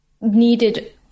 needed